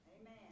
Amen